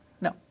No